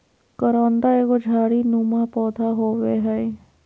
करोंदा एगो झाड़ी नुमा पौधा होव हय